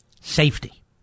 Safety